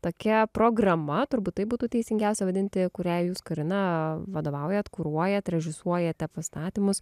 tokia programa turbūt taip būtų teisingiausia vadinti kurią jūs karina vadovaujat kuruojat režisuojate pastatymus